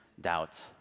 doubt